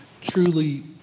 truly